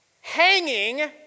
Hanging